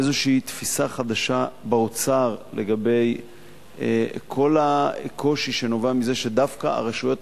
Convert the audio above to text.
איזושהי תפיסה חדשה באוצר לגבי כל הקושי שנובע מזה שדווקא הרשויות